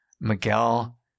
Miguel